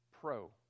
pro